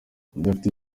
udafite